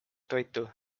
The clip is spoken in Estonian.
toitu